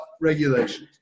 regulations